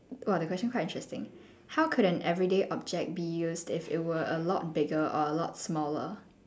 !wah! the question quite interesting how could an everyday object be used if it were a lot bigger or a lot smaller